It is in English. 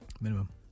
Minimum